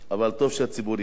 אבל טוב שגם הציבור ידע.